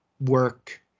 work